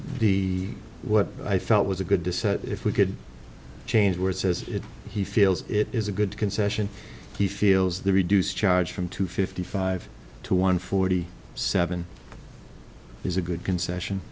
the what i felt was a good to set if we could change word says he feels it is a good concession he feels the reduced charge from two fifty five to one forty seven is a good concession